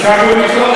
אז ככה הוא נקרא.